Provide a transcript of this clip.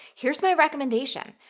here's my recommendation.